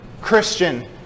Christian